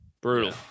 brutal